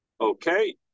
okay